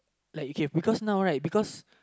like okay because now right because